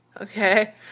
Okay